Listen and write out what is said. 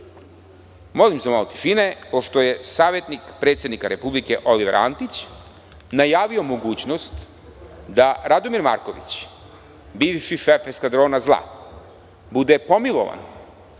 Molim za malo tišine, pošto je savetnik predsednika Republike Oliver Antić najavio mogućnost da Rade Marković, bivši šef eskadrona zla, bude pomilovan,